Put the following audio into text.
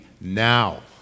Now